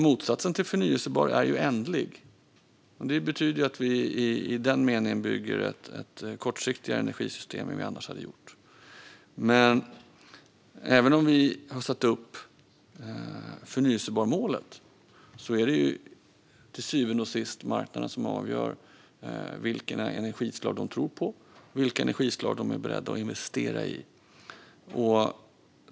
Motsatsen till förnybar är ändlig. Det betyder att vi i den meningen bygger ett kortsiktigare energisystem än annars. Även om vi har satt upp ett mål om förnybar energi är det till syvende och sist marknaden som avgör vilket energislag den tror på och vilket energislag den är beredd att investera i.